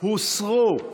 הוסרו.